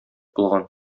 булган